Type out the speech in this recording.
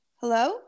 Hello